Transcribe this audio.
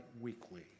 Weekly